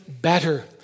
better